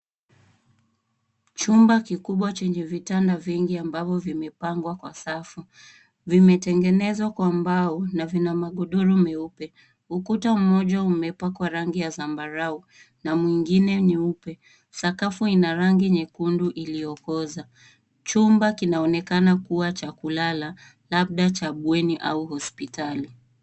Chumba kikubwa chenye vitanda vingi ambavyo vimepangwa kwa safu. Vimetengenezwa kwa mbao na vina magodoro meupe. Ukuta mmoja umepakwaa rangi ya zambarau na mwengine nyeupe. Sakafu ina rangi nyekundu iliyokoza. Chumba kinaonekana cha kulala, labda cha bweni au hospitali.